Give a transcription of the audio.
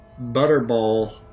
butterball